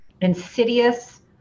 insidious